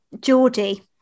Geordie